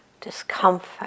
discomfort